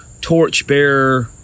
torchbearer